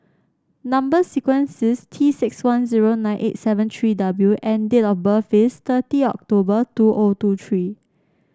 number sequence is T six one zero nine eight seven three W and date of birth is thirty October two O two three